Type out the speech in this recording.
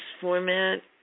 format